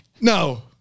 No